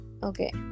Okay